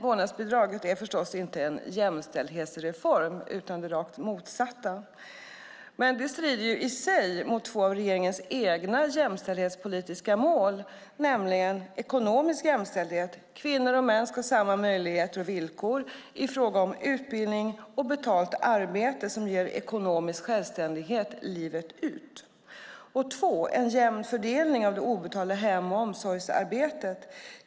Vårdnadsbidraget är naturligtvis inte en jämställdhetsreform utan det rakt motsatta. Det strider mot två av regeringens egna jämställdhetspolitiska mål. Det ena är ekonomisk jämställdhet. Kvinnor och män ska ha samma möjligheter och villkor när det gäller utbildning och betalt arbete som ger ekonomisk självständighet livet ut. Det andra är en jämn fördelning av det obetalda hem och omsorgsarbetet.